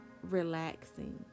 relaxing